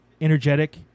energetic